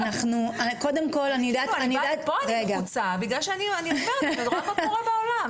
פה אני לחוצה בגלל שאני רואה מה קורה בעולם.